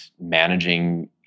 managing